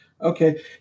Okay